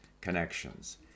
connections